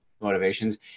motivations